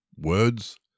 words